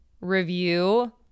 review